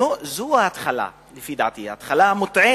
זו ההתחלה המוטעית.